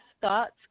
thoughts